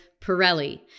Pirelli